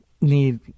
need